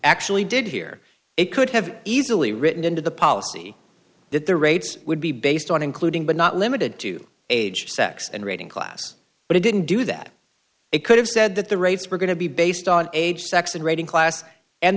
actually did here it could have easily written into the policy that the rates would be based on including but not limited to age sex and rating class but it didn't do that it could have said that the rates were going to be based on age sex and writing class and